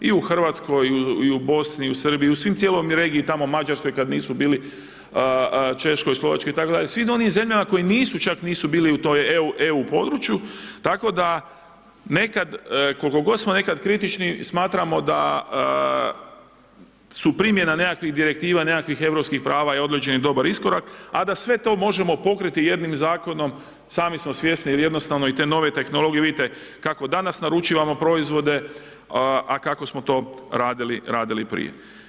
I u Hrvatskoj i u Bosni, Srbiji, u cijeloj regiji tamo Mađarskoj kad nisu bili, Češkoj, Slovačkoj itd., svim onim zemljama koje nisu čak bili u tom EU području tako da nekad koliko god smo nekad kritični, smatramo da su primjena nekakvih direktiva, nekakvih europskih prava je odrađen dobar iskorak a da sve to možemo pokriti jednim zakonom, sami smo svjesni jer jednostavno i te nove tehnologije, vidite i kako danas naručivamo proizvode, a kako smo to radili prije.